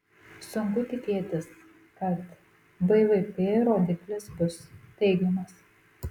sunku tikėtis kad bvp rodiklis bus teigiamas